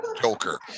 joker